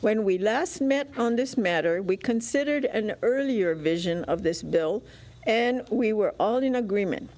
when we last met on this matter we considered an earlier vision of this bill and we were all in agreement